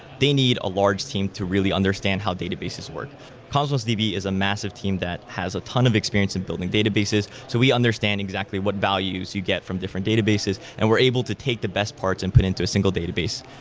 they need a large team to really understand how databases. cosmos db has a massive team that has a ton of experience of building databases, so we understand exactly what values you get from different databases and we're able to take the best parts and put into a single database.